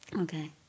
Okay